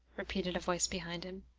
repeated a voice behind him.